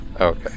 Okay